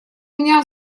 меня